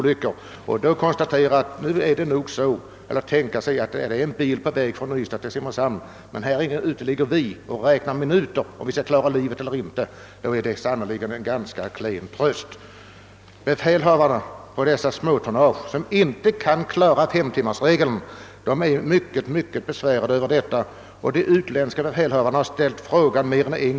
För dem som ligger där ute och räknar minuterna om de skall klara livet eller inte är det en klen tröst att veta att en bil är på väg från Ystad. Befälhavarna på dessa båtar med litet tonnage, som inte kan klara femtimmarsregeln, är mycket besvärade av det rådande läget. Utländska befälhavare har frågat mer än en .